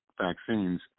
vaccines